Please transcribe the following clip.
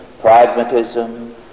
pragmatism